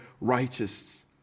righteous